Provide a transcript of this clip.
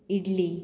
idli